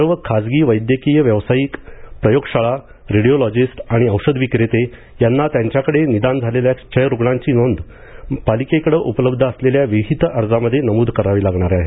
सर्व खासगी वैद्यकीय व्यावसायिक प्रयोगशाळा रेडिओलॉजीस्ट आणि औषधविक्रेते यांना त्यांच्याकडे निदान झालेल्या क्षयरुग्णांची नोंद पालिकेकडं उपलब्ध असलेल्या विहित अर्जामध्ये नमूद करावी लागणार आहे